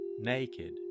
naked